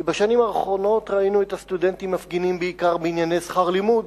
כי בשנים האחרונות ראינו את הסטודנטים מפגינים בעיקר בענייני שכר לימוד.